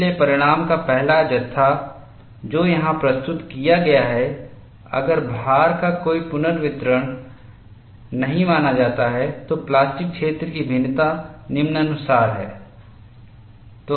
इसलिए परिणाम का पहला जत्था जो यहां प्रस्तुत किया गया है अगर भार का कोई पुनर्वितरण नहीं माना जाता है तो प्लास्टिक क्षेत्र की भिन्नता निम्नानुसार है